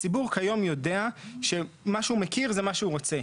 הציבור היום יודע שמה שהוא מכיר זה מה שהוא רוצה,